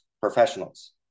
professionals